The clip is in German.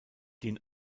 den